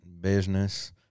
business